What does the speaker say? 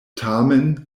tamen